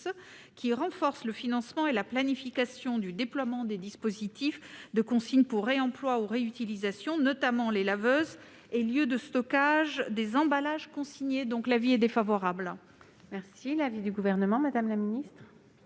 à renforcer le financement et la planification du déploiement des dispositifs de consigne pour réemploi ou réutilisation, notamment les laveuses et lieux de stockage des emballages consignés. L'avis de la commission est donc défavorable. Quel est l'avis du Gouvernement ? Même avis.